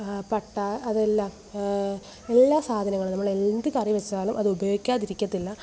പട്ട അതെല്ലാം എല്ലാ സാധനങ്ങളും നമ്മൾ എന്ത് കറി വച്ചാലും അതു ഉപയോഗിക്കാതിരിക്കത്തില്ല